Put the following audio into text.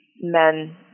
men